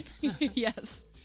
Yes